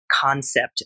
concept